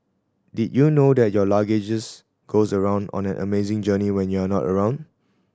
did you know that your luggages goes around on an amazing journey when you're not around